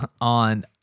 on